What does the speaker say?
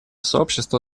сообщества